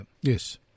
yes